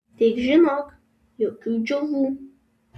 tik žinok jokių džiovų